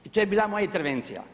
I to je bila moja intervencija.